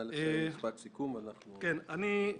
משפט סיכום, בבקשה.